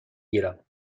گیرم